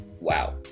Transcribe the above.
Wow